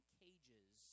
cages